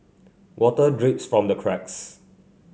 water drips from the cracks